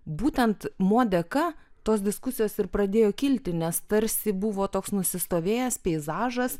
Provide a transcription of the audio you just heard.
būtent mo dėka tos diskusijos ir pradėjo kilti nes tarsi buvo toks nusistovėjęs peizažas